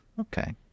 okay